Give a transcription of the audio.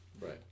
Right